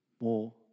more